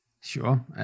Sure